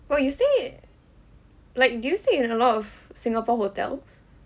oh you stay like do you stay in a lot of singapore hotels